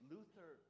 Luther